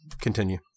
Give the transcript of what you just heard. Continue